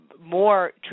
more